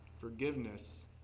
forgiveness